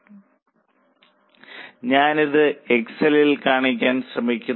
അതിനാൽ ഞാൻ ഇത് എക്സലിൽ കാണിക്കാൻ ശ്രമിക്കുന്നു